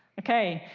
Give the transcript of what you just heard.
okay,